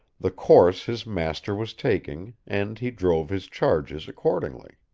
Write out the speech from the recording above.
the course his master was taking, and he drove his charges accordingly.